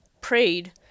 prayed